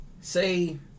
Say